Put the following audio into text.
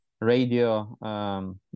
radio